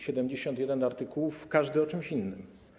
71 artykułów, każdy o czymś innym.